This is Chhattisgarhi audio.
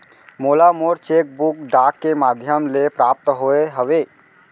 मोला मोर चेक बुक डाक के मध्याम ले प्राप्त होय हवे